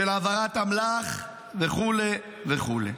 של העברת אמל"ח וכו' וכו'.